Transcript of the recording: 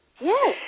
Yes